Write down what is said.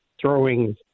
throwing